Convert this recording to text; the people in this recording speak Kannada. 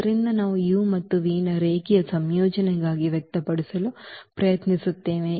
ಆದ್ದರಿಂದ ನಾವು u ಮತ್ತು v ನ ರೇಖೀಯ ಸಂಯೋಜನೆಯಾಗಿ ವ್ಯಕ್ತಪಡಿಸಲು ಪ್ರಯತ್ನಿಸುತ್ತೇವೆ